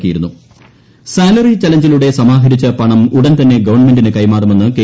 B chairman salary ചലഞ്ചിലൂടെ സമാഹരിച്ച പണം ഉടൻ തന്നെ ഗവൺമെന്റിന് കൈമാറുമെന്ന് കെ